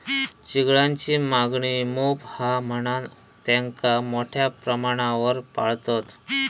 चिंगळांची मागणी मोप हा म्हणान तेंका मोठ्या प्रमाणावर पाळतत